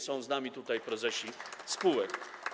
Są z nami tutaj prezesi spółek.